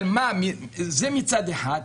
זה מצד אחד,